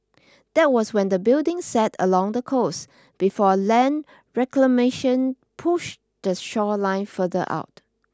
that was when the building sat along the coast before land reclamation push the shoreline further out